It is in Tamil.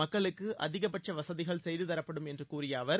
மக்களுக்கு அதிகபட்ச வசதிகள் செய்துதரப்படும் என்று கூறிய அவர்